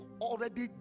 already